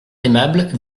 aimables